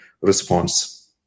response